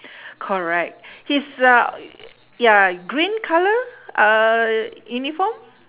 correct he's a ya green colour uhh uniform